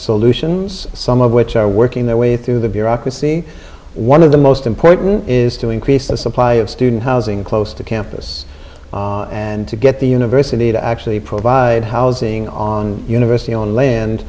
solutions some of which are working their way through the bureaucracy one of the most important is to increase the supply of student housing close to campus and to get the university to actually provide housing on university on land